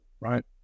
right